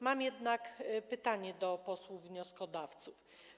Mam jednak pytanie do posłów wnioskodawców.